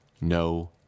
no